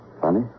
Funny